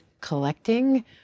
collecting